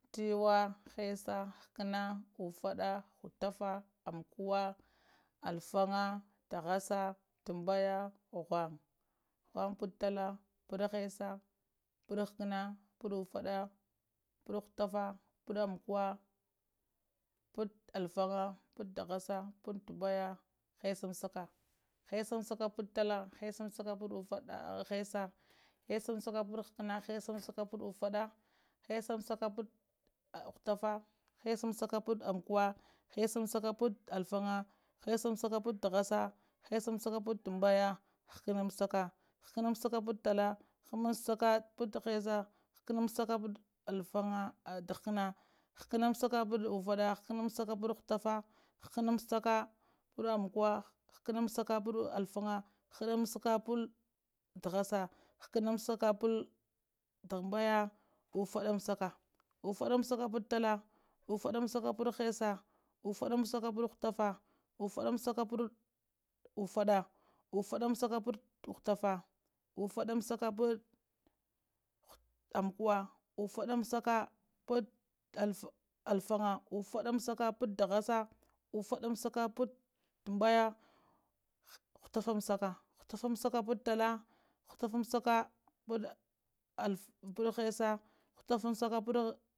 Thiwa, hessa, ghakana, uffada, ghuffata, ammukuwa, alfanga, thahassa, tambaya, ghungga, ghungga patt talla, chungga patt hessa ghungga patt ghakkana, ghungga pattuffada, ghungga patt ghuffafa, ghungga patt ammukuwa, ghungga patt alfanga, ghungga patt thahassa, ghungga patt tambaya, hessamsaka, hessamsaka patt talla, hessamsaka patt hessa, hessamsaka patt ghakana, hessamsaka patt uffada, hessamsaka patt ghuttaffa, hessamsaka patt amkuwaa, hessamsaka patt alfanga, hessamsaka patt tahassa, hessamsaka patt tambaya, ghakkanamssaka, ghakkanamsaka patt talla, ghakkanamsaka patt hess, ghakkanamsaka patt ghakkana, ghakkanamsaka patt uffudda, ghakkanamsaka patt ghuttafa, ghakkanamsaka patt ammukuwa, ghakkanamsaka patt alfanga, ghakkanamsaka patt tahassa, ghakkanamsaka patt tambaya, uffadamsakka, uffaddamsaka patt talla, uffaddamsaka patt hessa, uffaddamsaka patt ghakkana, uffaddamsaka patt uffadda, uffaddamsaka patt ghuttafa, uffaddamsaka patt amukuwa, uffaddamsaka patt alfangga, uffaddamsaka patt tahassa, uffaddamsaka patt tambaya, ghuttafamsa, ghuttafammsaka patt talla, ghuttafammsaka patt hessa